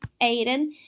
aiden